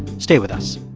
stay with us